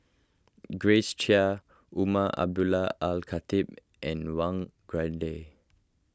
Grace Chia Umar Abdullah Al Khatib and Wang